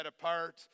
apart